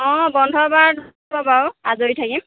অঁ বন্ধ বাৰত হ'ব বাৰু আজৰি থাকিম